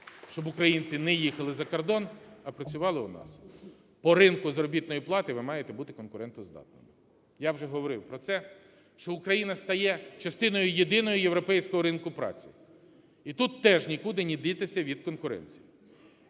щоб українці не їхали за кордон, а працювали у нас. По ринку заробітної плати ви маєте бути конкурентоздатними. Я вже говорив про це, що Україна стає частиною єдиного європейського ринку праці. І тут теж нікуди не дітися від конкуренції.